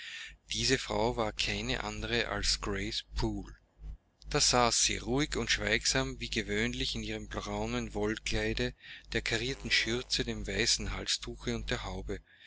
diese frau war keine andere als grace poole da saß sie ruhig und schweigsam wie gewöhnlich in ihrem braunen wollkleide der karrierten schürze dem weißen halstuche und der haube